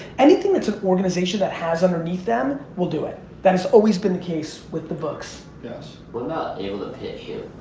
anything that's an organization that has underneath them will do it. that's always been the case with the books. yes. we're not able to pitch here